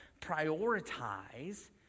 prioritize